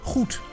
Goed